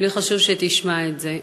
חשוב שתשמע את זה.